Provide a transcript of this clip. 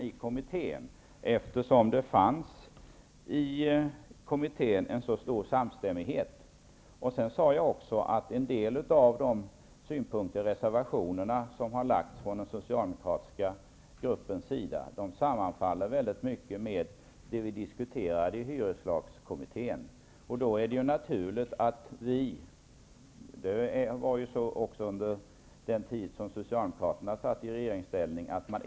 I kommittén fanns en stor samstämmighet. En del av de synpunkter som framförs i reservationer från den socialdemokratiska gruppen sammanfaller med det vi diskuterade i hyreslagskommittén. Det är naturligt att man inväntar remissvaren och den behandling och beredning som behöver göras.